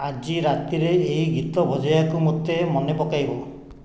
ଆଜି ରାତିରେ ଏହି ଗୀତ ବଜାଇବାକୁ ମୋତେ ମନେ ପକାଇବ